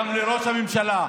גם לראש הממשלה,